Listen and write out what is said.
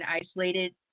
isolated